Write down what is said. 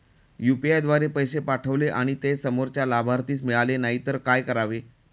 UPI द्वारे पैसे पाठवले आणि ते समोरच्या लाभार्थीस मिळाले नाही तर काय करावे?